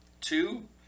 Two